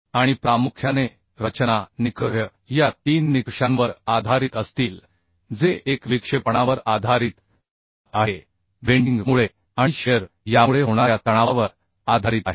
आणि प्रामुख्याने रचना निकष या तीन निकषांवर आधारित असतील जे एक विक्षेपणावर आधारित आहे बेंडिंग मुळे आणि शिअर यामुळे होणाऱ्या तणावावर आधारित आहे